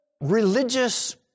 religious